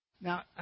Now